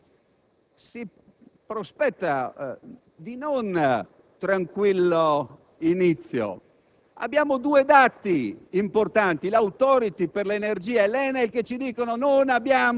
Si sarebbe potuto fare altro. Abbiamo un inverno, colleghi, che per chi abita nelle Regioni del Settentrione